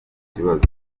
kibazo